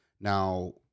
Now